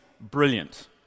brilliant